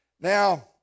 Now